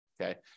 okay